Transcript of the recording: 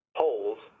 holes